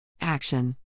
Action